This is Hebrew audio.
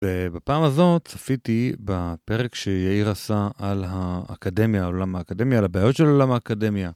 ובפעם הזאת צפיתי בפרק שיאיר עשה על האקדמיה, על עולם האקדמיה, על הבעיות של עולם האקדמיה.